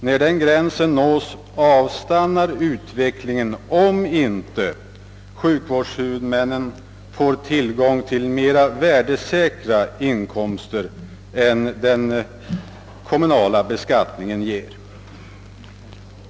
När den gränsen nås avstannar utvecklingen, om inte sjukvårdshuvudmännen får tillgång till högre inkomster än den kommunala beskattningen ger.